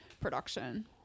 production